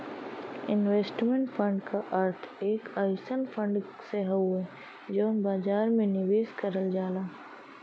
investment fund क अर्थ एक अइसन फण्ड से हउवे जौन बाजार में निवेश करल जाला